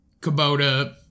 Kubota